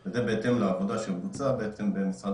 אז רק לסיום בעולם אנחנו רואים יותר ויותר שימושים בזיהוי פנים במרחב